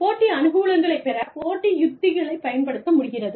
போட்டி அனுகூலங்களைப் பெறப் போட்டி உத்திகளைப் பயன்படுத்த முடிகிறது